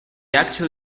actual